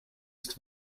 ist